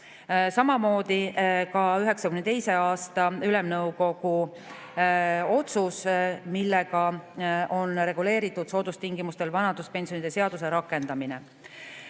ning ka 1992. aasta Ülemnõukogu otsust, millega on reguleeritud soodustingimustel vanaduspensionide seaduse rakendamine.